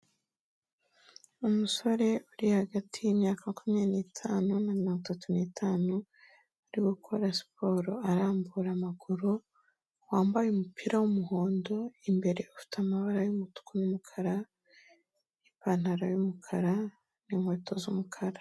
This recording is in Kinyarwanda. Umusore uri hagati y'imyaka makumyabiri n'itanu na mirongo itatu ni'itanu, ari gukora siporo arambura amaguru yambaye umupira w'umuhondo imbere ufite amabara y'umutuku n'umukara, ipantaro y'umukara n'inkweto z'umukara.